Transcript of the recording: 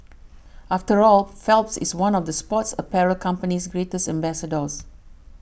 after all Phelps is one of the sports apparel company's greatest ambassadors